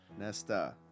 Nesta